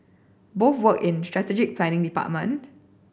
both worked in strategic planning department